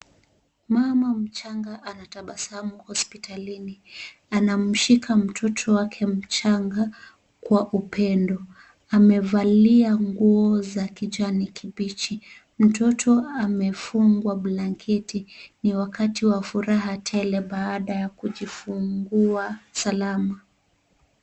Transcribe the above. Mama mchanga anatabasamu hospitalini. Anamshika mtoto wake mchanga kwa upendo. Amevalia nguo za kijani kibichi. Mtoto amefungwa blanketi. Ni wakati wa furaha tele baada ya kujifungua salama.